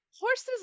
Horses